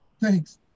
Thanks